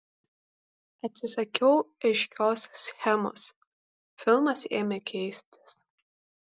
atsisakiau aiškios schemos filmas ėmė keistis